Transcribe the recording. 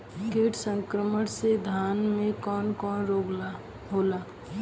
कीट संक्रमण से धान में कवन कवन रोग होला?